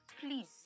Please